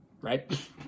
Right